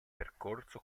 percorso